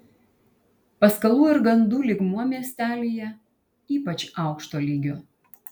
paskalų ir gandų lygmuo miestelyje ypač aukšto lygio